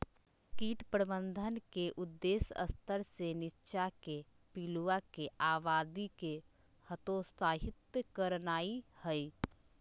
कीट प्रबंधन के उद्देश्य स्तर से नीच्चाके पिलुआके आबादी के हतोत्साहित करनाइ हइ